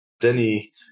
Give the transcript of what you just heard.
Danny